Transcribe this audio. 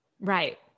Right